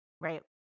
Right